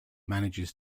manages